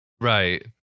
Right